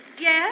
Yes